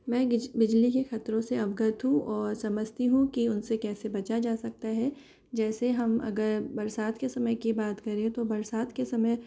मैं गिज बिजली के ख़तरों से अवगत हूँ और समझती हूँ कि उनसे कैसे बचा जा सकता है जैसे हम अगर बरसात के समय की बात करें तो बरसात के समय